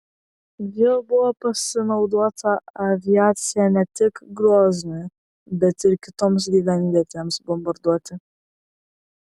vėl buvo pasinaudota aviacija ne tik groznui bet ir kitoms gyvenvietėms bombarduoti